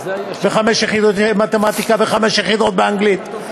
וחמש יחידות מתמטיקה וחמש יחידות באנגלית.